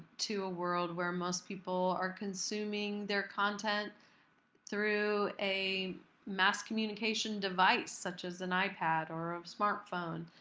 to a world where most people are consuming their content through a mass-communication device such as an ipad, or a smartphone,